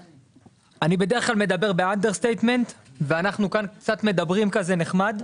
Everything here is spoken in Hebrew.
אני בדרך כלל מדבר באנדרסטייטמנט ואנחנו כאן קצת מדברים כזה נחמד.